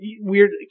weird